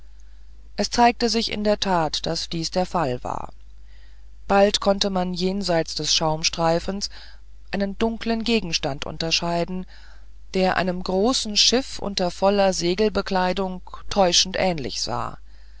es zeigte sich in der tat daß dies der fall war bald konnte man jenseits des schaumstreifens einen dunklen gegenstand unterscheiden der einem großen schiffe unter voller segelbekleidung täuschend ähnlich sah